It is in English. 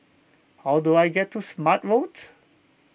how do I get to Smart Road